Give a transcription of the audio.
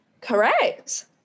Correct